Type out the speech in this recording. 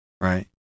right